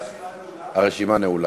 אדוני, הרשימה נעולה?